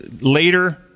Later